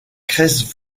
crest